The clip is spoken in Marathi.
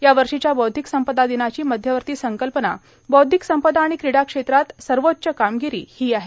या वर्षीच्या बौद्धिक संपदा दिनाची मध्यवर्ती संकल्पना बौद्धिक संपदा आणि क्रीडा क्षेत्रात सर्वोच्च कामगिरी ही आहे